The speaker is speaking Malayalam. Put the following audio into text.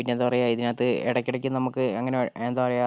പിന്നെന്താ പറയുക ഇതിനകത്ത് ഇടയ്ക്കിടക്ക് നമുക്ക് അങ്ങനെ എന്താ പറയുക